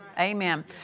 Amen